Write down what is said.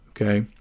okay